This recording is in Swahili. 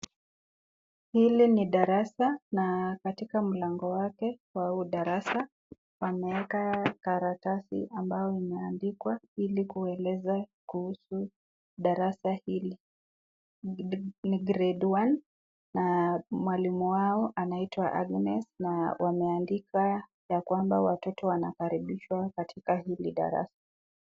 Hili ni darasa na katika mlango wake wa huu darasa, pamewekwa karatasi ambayo imeandikwa ili kueleza kuhusu darasa hili. Ni grade one na mwalimu wao anaitwa Agnes na wameandika ya kwamba watoto wanakaribishwa katika hili darasa.